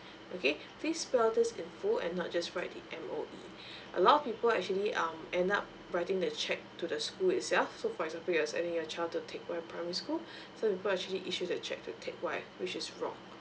okay please spell this in full and not just write the M_O_E a lot of people actually um end up writing the check to the school itself so for examples if you're sending your child to teck whye primary school so people actually issue the check to teck whye which is wrong